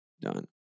done